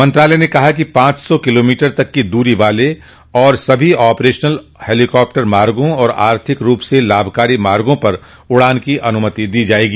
मंत्रालय ने कहा कि पांच सौ किलोमीटर तक की दूरी वाले और सभी ऑपरेशनल हेलीकॉप्टर मार्गों और आर्थिक रूप से लाभकारी मार्गों पर उड़ान की अनुमति दी जाएगी